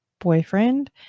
boyfriend